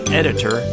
editor